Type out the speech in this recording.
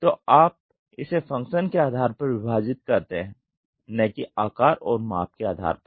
तो आप इसे फंक्शन के आधार पर विभाजित करते हैं न कि आकार और माप के आधार पर